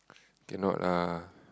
cannot ah